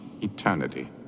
Eternity